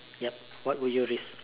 yup what will you risk